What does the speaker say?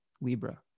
Libra